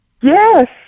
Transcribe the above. yes